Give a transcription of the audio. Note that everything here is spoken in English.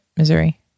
Missouri